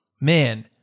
man